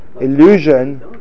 illusion